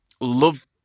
love